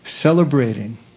celebrating